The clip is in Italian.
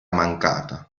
mancata